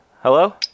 hello